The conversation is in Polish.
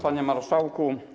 Panie Marszałku!